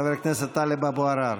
חבר הכנסת טלב אבו עראר.